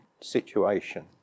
situation